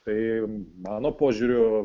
tai mano požiūriu